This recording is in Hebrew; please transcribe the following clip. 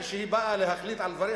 כשהיא באה להחליט על דברים,